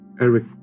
Eric